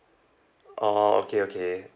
orh okay okay